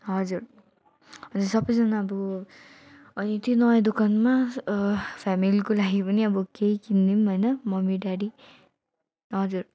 हजुर हजुर सबैजना अब है त्यो नयाँ दोकानमा फेमिलीको लागि पनि अब केही किनिदिउँ होइन मम्मी ड्याडी हजुर